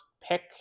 pick